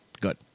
Good